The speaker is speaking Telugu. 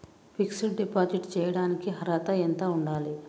ఫిక్స్ డ్ డిపాజిట్ చేయటానికి అర్హత ఎంత ఉండాలి?